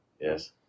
Yes